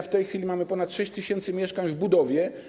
W tej chwili mamy ponad 6 tys. mieszkań w budowie.